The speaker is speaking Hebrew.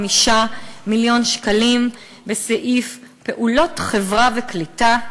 מיליון שקלים בסעיף פעולות חברה וקליטה,